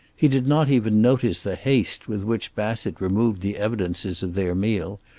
he did not even notice the haste with which bassett removed the evidences of their meal,